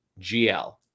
GL